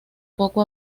poco